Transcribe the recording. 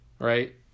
Right